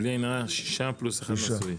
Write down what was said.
בלי עין הרע, שישה פלוס אחד נשוי.